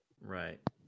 Right